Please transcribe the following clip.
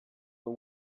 but